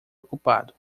ocupado